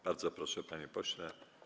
Bardzo proszę, panie pośle.